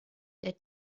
der